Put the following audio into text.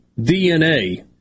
DNA